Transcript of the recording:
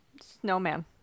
snowman